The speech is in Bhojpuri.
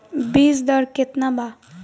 बीज दर केतना वा?